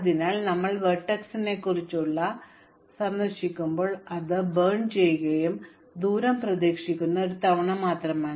അതിനാൽ ഞങ്ങൾ വെർട്ടെക്സിനെക്കുറിച്ചുള്ള സന്ദർശകരായിരിക്കുമ്പോൾ ഞങ്ങൾ അത് കത്തിക്കുകയും ദൂരം പ്രതീക്ഷിക്കുന്ന ഒരു തവണ മാത്രമാണ്